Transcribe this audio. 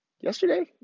Yesterday